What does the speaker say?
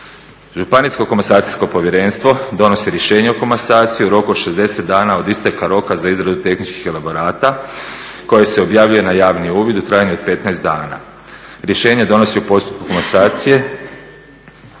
Županijsko komasacijsko povjerenstvo donosi rješenje o komasaciji u roku od 60 dana od isteka roka za izradu tehničkih elaborata koji se objavljuje na javni uvid u trajanju od 15 dana. Rješenje donosi u postupku komasacije,